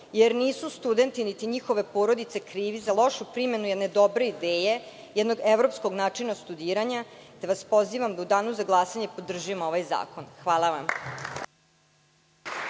jer nisu studenti niti njihove porodice krivi za lošu primenu jedne dobre ideje, jednog evropskog načina studiranja, te vas pozivam da u danu za glasanje podržimo ovaj zakon. Hvala vam.